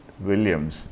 Williams